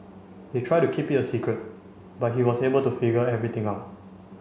they tried to keep it a secret but he was able to figure everything out